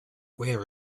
where